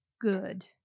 good